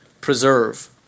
preserve